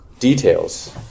Details